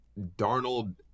Darnold